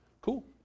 Cool